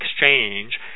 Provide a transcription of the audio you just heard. exchange